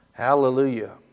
Hallelujah